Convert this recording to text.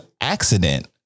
accident